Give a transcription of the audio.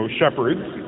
shepherds